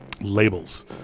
labels